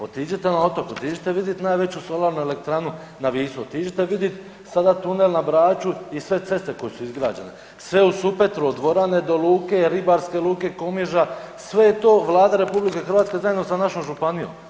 Otiđite na otok, otiđite vidit najveću solarnu elektranu na Visu, otiđite vidit sada tunel na Braču i sve ceste koje su izgrađene, sve u Supetru od dvorane do luke, ribarske luke Komiža, sve je to Vlada RH zajedno sa našom županijom.